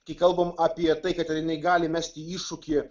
kai kalbam apie tai kad jinai gali mesti iššūkį